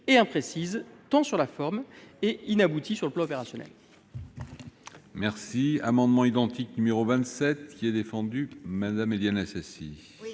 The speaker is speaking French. et imprécise sur la forme et inaboutie sur le plan opérationnel.